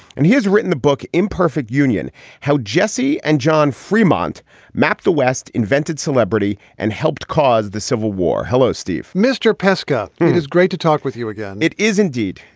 and he has written the book imperfect union how jesse and john fremont mapped the west, invented celebrity and helped cause the civil war. hello, steve. mr. pesca, it is great talk with you again. it is indeed.